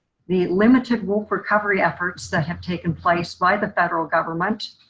the limited wolf recovery efforts that have taken place by the federal government,